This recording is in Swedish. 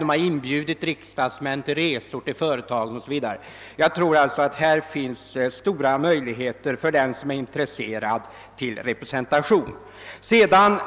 Man har bl.a. inbjudit riksdagsledamöter att, göra resor till företagen. Jag tror alltså att här finns stora möjligheter till ökad insyn för den som är intresserad.